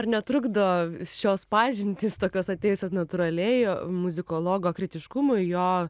ar netrukdo šios pažintys tokios atėjusios natūraliai muzikologo kritiškumui jo